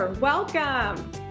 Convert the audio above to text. Welcome